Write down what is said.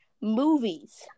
movies